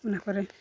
ᱚᱱᱟ ᱠᱚᱨᱮ